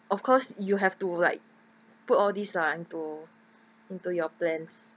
of course you have to like put all these lah into into your plans